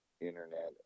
internet